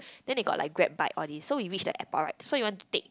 then they got like Grab bike all this so we reach the airport right so we want to take